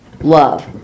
love